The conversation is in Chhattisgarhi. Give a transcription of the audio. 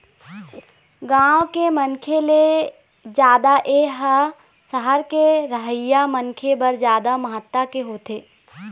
गाँव के मनखे ले जादा ए ह सहर के रहइया मनखे बर जादा महत्ता के होथे